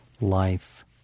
life